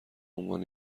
عنوان